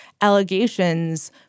allegations